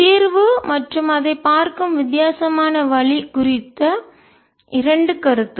தீர்வு மற்றும் அதைப் பார்க்கும் வித்தியாசமான வழி குறித்த இரண்டு கருத்துகள்